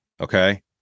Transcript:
Okay